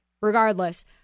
Regardless